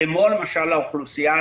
כמו למשל האוכלוסייה